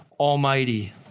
Almighty